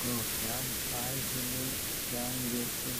kokiam pažymiui stengiesi